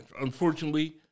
unfortunately